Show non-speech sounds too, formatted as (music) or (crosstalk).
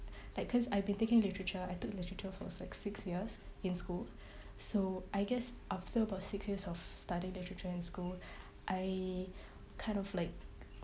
(breath) like cause I've been taking literature I took literature for like six years in school (breath) so I guess after about six years of study literature in school (breath) I kind of like